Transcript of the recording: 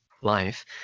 life